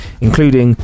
including